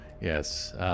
Yes